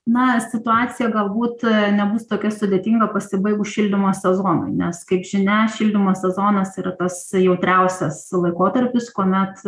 na situacija galbūt nebus tokia sudėtinga pasibaigus šildymo sezonui nes kaip žinia šildymo sezonas yra tas jautriausias laikotarpis kuomet